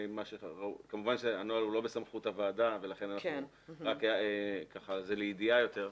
כמובן שהנוהל הוא לא בסמכות הוועדה ולכן זה לידיעה יותר.